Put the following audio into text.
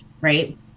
right